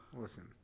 listen